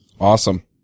Awesome